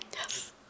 Yes